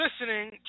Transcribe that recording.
listening